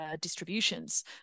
distributions